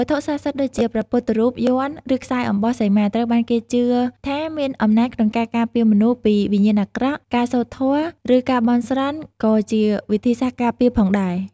វត្ថុស័ក្តិសិទ្ធិដូចជាព្រះពុទ្ធរូប យ័ន្ត ឫខ្សែអំបោះសីមា ត្រូវបានគេជឿថាមានអំណាចក្នុងការការពារមនុស្សពីវិញ្ញាណអាក្រក់ ការសូត្រធម៌ ឬការបន់ស្រន់ក៏ជាវិធីសាស្រ្តការពារផងដែរ។